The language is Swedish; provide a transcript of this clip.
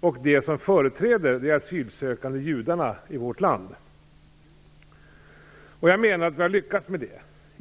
och de som företräder de asylsökande judarna i vårt land. Och jag menar att vi har lyckats med det.